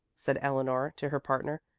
said eleanor to her partner,